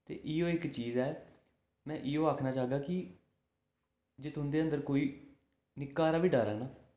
ते इ'यै इक चीज़ ऐ में इ'यै आक्खना चाह्गा की जे तुं'दे अंदर कोई निक्का हारा बी डर ऐ ना